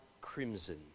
crimson